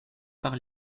par